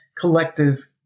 collective